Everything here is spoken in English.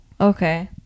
okay